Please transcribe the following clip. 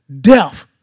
death